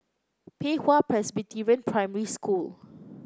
Pei Hwa Presbyterian Primary School